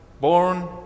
born